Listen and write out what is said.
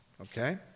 Okay